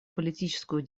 политическую